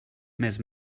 més